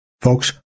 folks